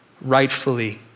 rightfully